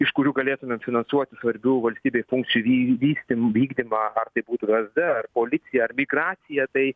iš kurių galėtumėm finansuoti svarbių valstybei funkcijų vy vystym vykdymą ar tai būtų vsd ar policija ar migracija tai